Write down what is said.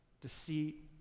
deceit